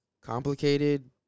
Complicated